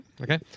Okay